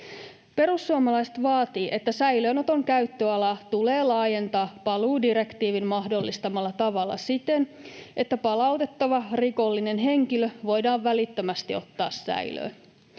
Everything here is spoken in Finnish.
Perussuomalaiset vaativat, että säilöönoton käyttöala tulee laajentaa paluudirektiivin mahdollistamalla tavalla siten, että palautettava rikollinen henkilö voidaan välittömästi ottaa säilöön.